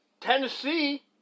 Tennessee